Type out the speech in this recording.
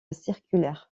circulaire